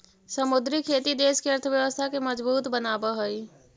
समुद्री खेती देश के अर्थव्यवस्था के मजबूत बनाब हई